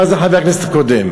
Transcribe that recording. אמר את זה חבר כנסת קודם.